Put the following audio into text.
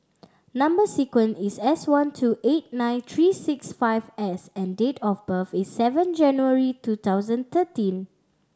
number sequence is S one two eight nine three six five S and date of birth is seven January two thousand thirteen